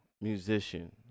musician